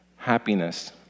Happiness